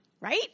Right